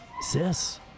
sis